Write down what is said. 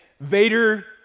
Vader